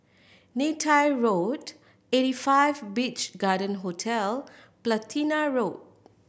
Neythai Road Eighty Five Beach Garden Hotel Platina Road